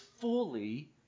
fully